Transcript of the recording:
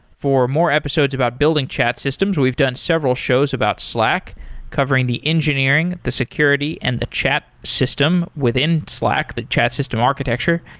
for more episodes about building chat systems, we've done several shows about slack covering the engineering, the security and chat system within slack, the chat system architecture,